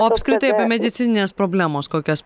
o apskritai apie medicininės problemos kokias